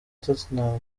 tottenham